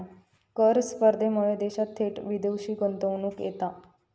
कर स्पर्धेमुळा देशात थेट विदेशी गुंतवणूक येता